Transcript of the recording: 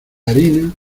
harina